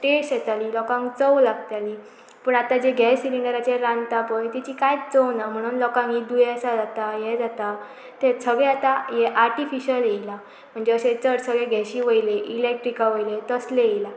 taste येताली लोकांक चव लागताली पूण आतां जे गॅस सिलीिंडराचेर रांदता पय तेची कांयच चव ना म्हणून लोकांक ही दुयेंसां जाता हें जाता ते सगळें आतां हे आर्टिफिशयल येयलां म्हणजे अशे चड सगळे गॅस वयले इललेक्ट्रीिका वयले तसलें येयला